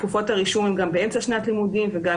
תקופות הרישום הם גם באמצע שנת לימודים וגם